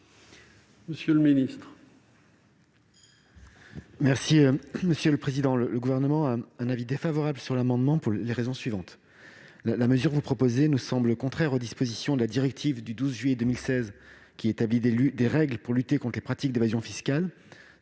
monsieur le ministre,